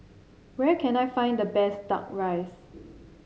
where can I find the best duck rice